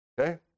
Okay